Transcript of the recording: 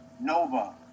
Nova